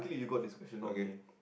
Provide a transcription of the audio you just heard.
okay